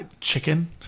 chicken